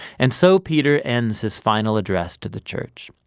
and so peter ends his final address to the church.